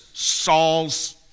Saul's